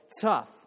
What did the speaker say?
tough